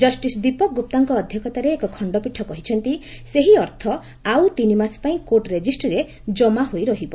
justice Deepak ଗୁପ୍ତାଙ୍କ ଅଧ୍ୟକ୍ଷତାରେ ଏକ ଖଶ୍ଚପୀଠ କହିଛନ୍ତି ସେହି ଅର୍ଥ ଆଉ ତିନିମାସ ପାଇଁ କୋର୍ଟ ରେଜିଷ୍ଟ୍ରିରେ ଜମା ହୋଇ ରହିବ